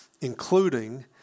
including